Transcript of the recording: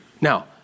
Now